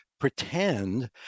pretend